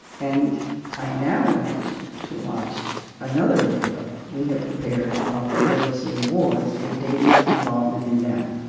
and i now invite you to watch another video we have prepared, about the literacy awards, and david's involvement in them.